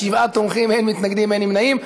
שבעה תומכים, אין מתנגדים, אין נמנעים.